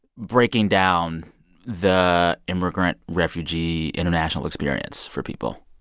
breaking down the immigrant, refugee, international experience for people?